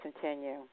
continue